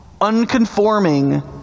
unconforming